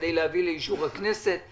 כדי להביא לאישור הכנסת?